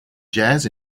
jazz